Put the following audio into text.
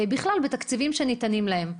בכלל בתקציבים שניתנים להן.